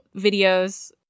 videos